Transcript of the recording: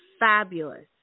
fabulous